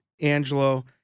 Angelo